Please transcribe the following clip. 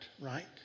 right